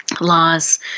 laws